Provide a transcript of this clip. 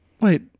Wait